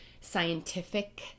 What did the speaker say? scientific